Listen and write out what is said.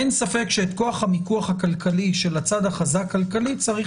אין ספק שאת כוח המיקוח הכלכלי של הצד החזק כלכלית צריך